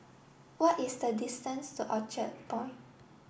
what is the distance to Orchard Point